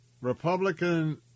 Republican